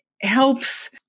helps